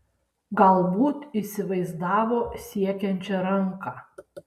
galbūt įsivaizdavo siekiančią ranką